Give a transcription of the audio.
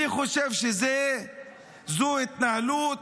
אני חושב שזו התנהלות